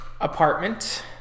apartment